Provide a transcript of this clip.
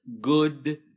good